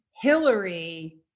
Hillary